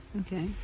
Okay